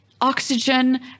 oxygen